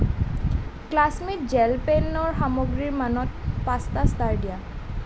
classmate gel পেনৰ সামগ্ৰীৰ মানত পাঁচটা ষ্টাৰ দিয়া